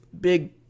big